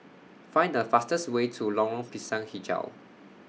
Find The fastest Way to Lorong Pisang Hijau